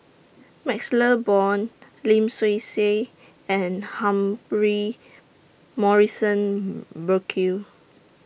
MaxLe Blond Lim Swee Say and Humphrey Morrison Burkill